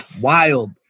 wild